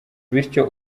bityo